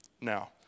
Now